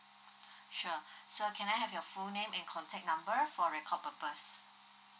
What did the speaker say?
sur sir can I have your full name and contact number for record purpose